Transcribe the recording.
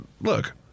look